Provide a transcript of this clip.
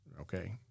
okay